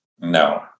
No